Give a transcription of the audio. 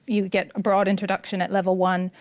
you get a broad introduction at level one.